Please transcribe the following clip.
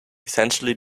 essentially